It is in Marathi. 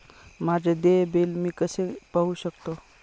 माझे देय बिल मी कसे पाहू शकतो?